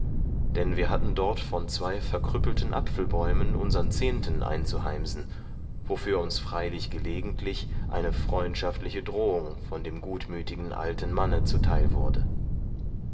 denn wir hatten dort von zwei verkrüppelten apfelbäumen unseren zehnten einzuheimsen wofür uns freilich gelegentlich eine freundschaftliche drohung von dem gutmütigen alten manne zuteil wurde